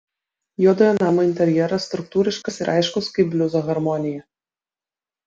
juodojo namo interjeras struktūriškas ir aiškus kaip bliuzo harmonija